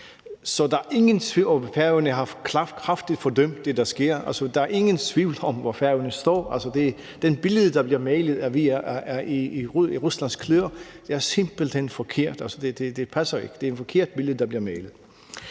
Der er ingen tvivl om, hvor Færøerne står. Altså, det billede, der bliver malet af, at vi er i Ruslands kløer, er simpelt hen forkert. Det passer ikke – det er et forkert billede, der bliver malet.